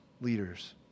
leaders